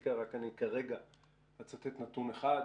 לסטטיסטיקה אני אצטט כרגע נתון אחד: